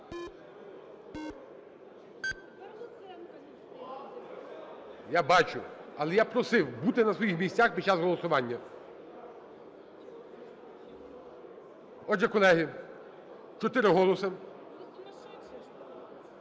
Я бачу. Але я просив бути на своїх місцях під час голосування. Отже, колеги, чотири голоси.